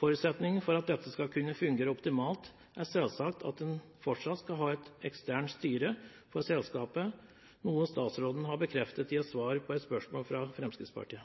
Forutsetningen for at dette skal kunne fungere optimalt, er selvsagt at en fortsatt skal ha et eksternt styre for selskapet, noe statsråden har bekreftet i et svar på et spørsmål fra Fremskrittspartiet.